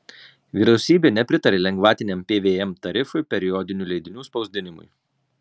vyriausybė nepritarė lengvatiniam pvm tarifui periodinių leidinių spausdinimui